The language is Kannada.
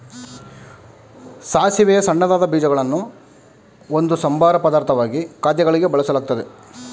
ಸಾಸಿವೆಯ ಸಣ್ಣದಾದ ಬೀಜಗಳನ್ನು ಒಂದು ಸಂಬಾರ ಪದಾರ್ಥವಾಗಿ ಖಾದ್ಯಗಳಿಗೆ ಬಳಸಲಾಗ್ತದೆ